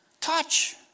touch